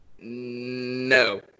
no